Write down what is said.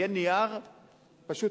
יהיה נייר פשוט,